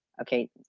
okay